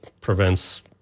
prevents